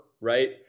right